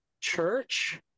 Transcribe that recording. church